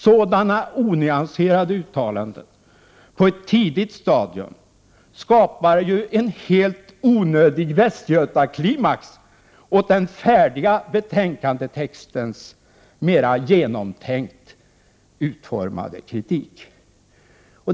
Sådana onyanserade uttalanden på ett tidigt stadium skapar en helt onödig västgötaklimax åt den färdiga betänkandetextens mera genomtänkt utformade kritik.